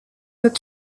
would